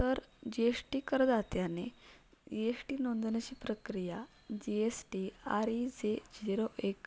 तर G S T करदात्याने E S T नोंदवण्याची प्रक्रिया G S T R E J zero एक